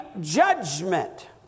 judgment